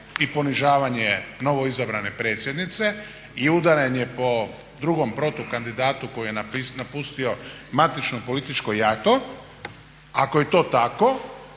i ponižavanje novoizabrane predsjednice i udaranje po drugom protukandidatu koji je napustio matično političko jato. Ako je to tako